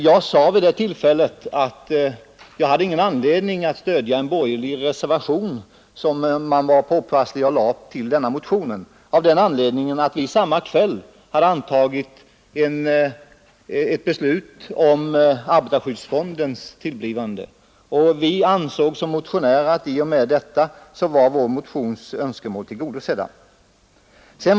Jag sade vid det tillfället att jag inte hade någon anledning att stödja en borgerlig reservation som man var påpasslig och lade fram med anledning av denna motion, eftersom vi samma kväll hade antagit ett beslut om arbetarskyddsfondens tillblivande. Vi motionärer ansåg att vår motions önskemål var tillgodosedda i och med detta beslut.